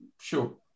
sure